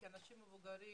כי אנשים מבוגרים